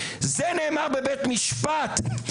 זה נאמר בבית משפט,